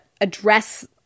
address